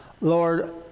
Lord